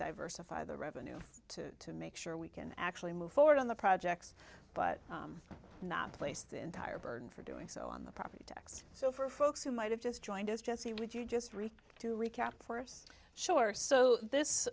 diversify the revenue to make sure we can actually move forward on the projects but not place the entire burden for doing so on the property tax so for folks who might have just joined us jesse would you just read to recap for us sure so this